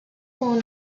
born